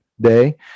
Day